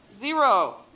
Zero